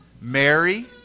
Mary